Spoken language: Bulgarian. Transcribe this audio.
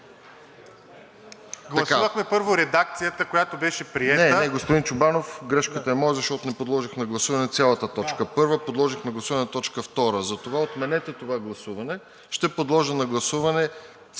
Гласувахме първо редакцията, която беше приета…